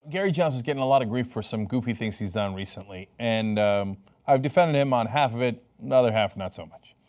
gary johnson is getting a lot of grief for some goofy things he has done recently, and i've defended him on half of it, the and other half, not so much.